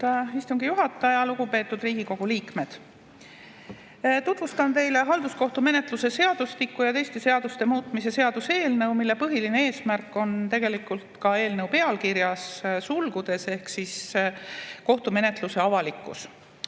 istungi juhataja! Lugupeetud Riigikogu liikmed! Tutvustan teile halduskohtumenetluse seadustiku ja teiste seaduste muutmise seaduse eelnõu, mille põhiline eesmärk on tegelikult ka eelnõu pealkirjas sulgudes kirjas ehk see on kohtumenetluse avalikkus.